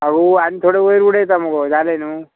आगो आनी थोडे वयर उडयता मुगो जालें न्हू